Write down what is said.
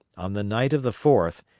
on the night of the fourth,